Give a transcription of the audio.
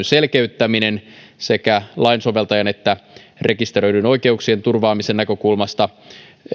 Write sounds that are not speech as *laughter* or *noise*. *unintelligible* selkeyttäminen sekä lainsoveltajan että rekisteröidyn oikeuksien turvaamisen näkökulmasta